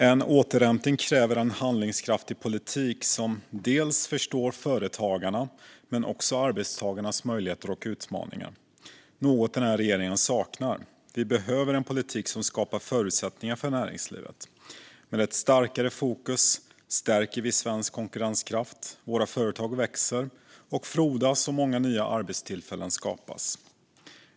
En återhämtning kräver en handlingskraftig politik där man förstår företagarna men också arbetstagarnas möjligheter och utmaningar. Det är något som den här regeringen saknar. Vi behöver en politik som skapar förutsättningar för näringslivet. Med ett starkare fokus stärker vi svensk konkurrenskraft. Våra företag växer och frodas, och många nya arbetstillfällen skapas.